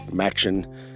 action